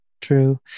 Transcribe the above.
true